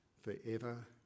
forever